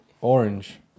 Orange